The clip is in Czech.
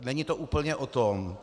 Není to úplně o tom.